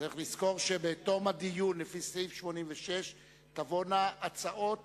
צריך לזכור שבתום הדיון לפי סעיף 86(א) תבואנה הצעות